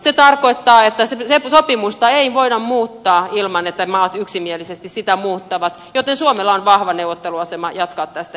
se tarkoittaa että sopimusta ei voida muuttaa ilman että maat yksimielisesti sitä muuttavat joten suomella on vahva neuvotteluasema jatkaa tästä eteenpäin